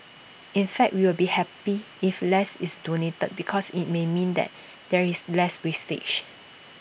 in fact we will be happy if less is donated because IT may mean that there is less wastage